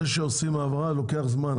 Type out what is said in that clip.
זה שעושים העברה זה לוקח זמן,